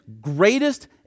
greatest